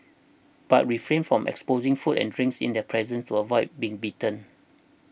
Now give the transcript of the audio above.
but refrain from exposing food and drinks in their presence to avoid being bitten